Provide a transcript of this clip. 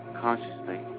consciously